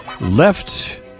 left